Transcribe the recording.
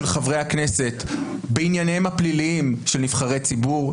של חברי הכנסת בענייניהם הפליליים של נבחרי ציבור.